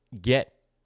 get